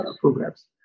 programs